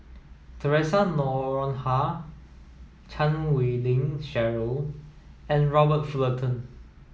Theresa Noronha Chan Wei Ling Cheryl and Robert Fullerton